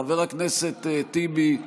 חבר הכנסת טיבי.